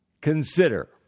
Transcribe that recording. consider